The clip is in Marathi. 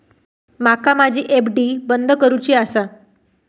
माका माझी एफ.डी बंद करुची आसा